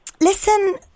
Listen